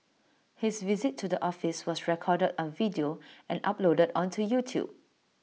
his visit to the office was recorded on video and uploaded onto YouTube